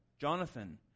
Jonathan